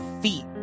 feet